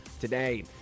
today